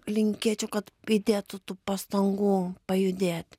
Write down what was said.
linkėčiau kad įdėtų tų pastangų pajudėti